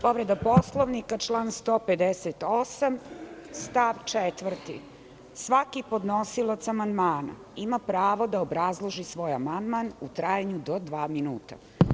Povreda Poslovnika, član 158. stav 4. – svaki podnosilac amandmana ima pravo da obrazloži svoj amandman u trajanju do dva minuta.